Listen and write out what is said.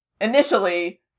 initially